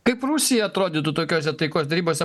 kaip rusija atrodytų tokiose taikos derybose